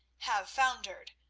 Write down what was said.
have foundered.